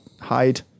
hide